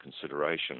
consideration